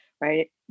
right